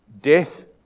death